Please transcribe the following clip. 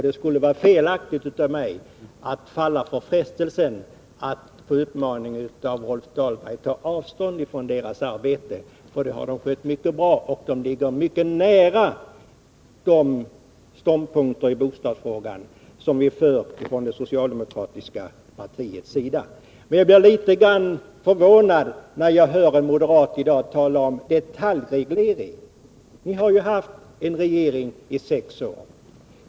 Det skulle vara felaktigt av mig att falla för frestelsen att på uppmaning av Rolf Dahlberg ta avtånd från vpk:s arbete, för det har vpk skött mycket bra. Vpk ligger mycket nära de ståndpunkter i bostadsfrågan som vi från det socialdemokratiska partiets sida driver. Jag blir litet grand förvånad när jag hör en moderat i dag tala om detaljreglering. Ni borgerliga har ju regerat i sex år.